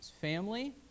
family